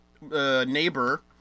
neighbor